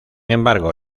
embargo